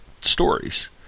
stories